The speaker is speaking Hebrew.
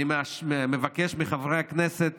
אני מבקש מחברי הכנסת